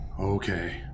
Okay